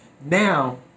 Now